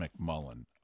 McMullen